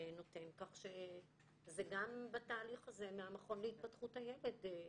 כך שגם בתהליך הזה מהמכון להתפתחות הילד מאתרים.